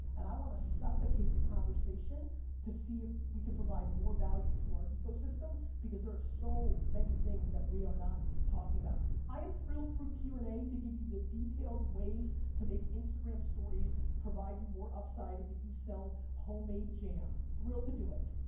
and i wanna suffocate the conversation to see if we can provide more value to our ecosystem because there are so many things that we are not talking about. i am thrilled through q and amp a to give you the detailed ways to make instagram stories provide you more upside if you sell homemade jam, thrilled to do it.